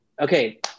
okay